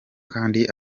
kandi